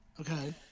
Okay